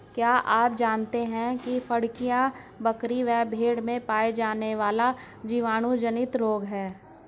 क्या आप जानते है फड़कियां, बकरी व भेड़ में पाया जाने वाला जीवाणु जनित रोग है?